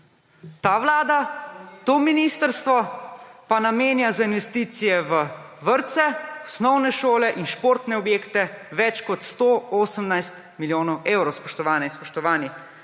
Ta vlada, to ministrstvo pa namenja za investicije v vrtce, v osnovne šole in v športne objekte več kot 118 milijonov evrov, spoštovane in spoštovani.